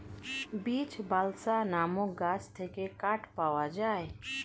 beech, balsa নামক গাছ থেকে কাঠ পাওয়া যায়